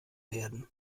werden